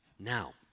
Now